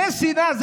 זאת שנאה.